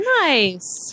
Nice